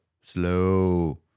slow